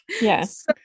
Yes